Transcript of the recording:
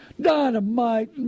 dynamite